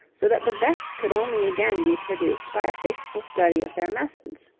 so that the best could only again be produced by a faithful study of their methods.